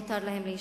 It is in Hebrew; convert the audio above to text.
מותר להם להישאר.